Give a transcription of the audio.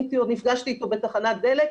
נפגשתי איתו בתחנת דלק',